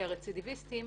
כי הרצידיביסטים